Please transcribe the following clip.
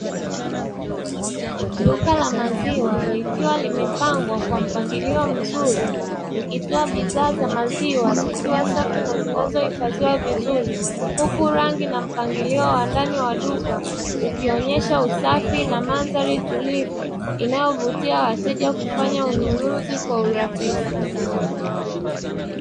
Duka la maziwa likiwa limepangwa kwa mpangilio mzuri, likitoa bidhaa za maziwa zikiwa safi na zinazohifadhiwa vizuri, huku rangi na mpangilio wa ndani ya duka ukionyesha usafi na mandhari tulivu inayovutia wateja kufanya ununuzi kwa urahisi.